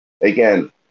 Again